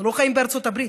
אנחנו לא חיים בארצות הברית,